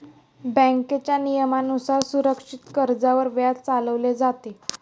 बँकेच्या नियमानुसार सुरक्षित कर्जावर व्याज चालवले जाते